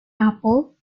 apple